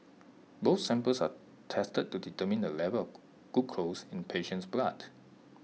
both samples are tested to determine the level glucose in the patient's blood